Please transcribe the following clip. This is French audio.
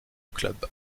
club